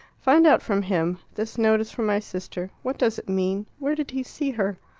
find out from him this note is from my sister. what does it mean? where did he see her?